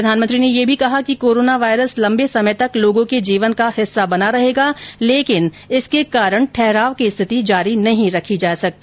प्रधानमंत्री ने यह भी कहा कि कोरोना वायरस लंबे समय तक लोगों के जीवन का हिस्सा बना रहेगा लेकिन इसके कारण ठहराव की स्थिति जारी नहीं रखी जा सकती